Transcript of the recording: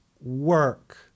work